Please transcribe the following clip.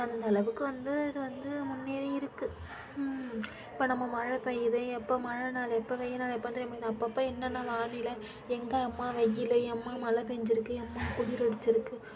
அந்த அளவுக்கு வந்து இது வந்து முன்னேறி இருக்குது இப்போ நம்ம மழை பெய்யுது எப்போ மழை நாள் எப்போ வெயில் நாள் எப்போன்னு சொல்லி நம்மளுக்கு சொல்லி அப்போ அப்போ என்ன வானிலை எங்கே எம்மா வெயில் எங்கே எம்மா மழை பெஞ்சிருக்கு எம்மா குளிரடுச்சிருக்குது